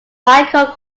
michael